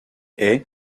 est